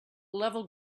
level